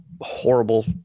horrible